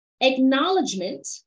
acknowledgement